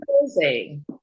amazing